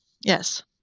Yes